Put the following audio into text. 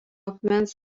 akmens